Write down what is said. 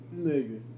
Nigga